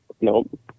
Nope